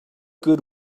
good